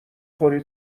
خوری